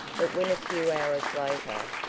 but when a few hours later,